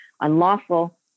unlawful